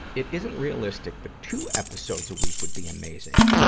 it isn't realistic, but two episodes a week would be amazing.